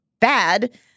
bad